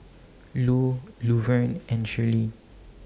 Lu Luverne and Shirlie